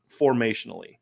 formationally